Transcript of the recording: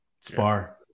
Spar